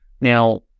Now